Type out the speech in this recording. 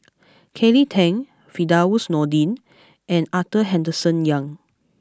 Kelly Tang Firdaus Nordin and Arthur Henderson Young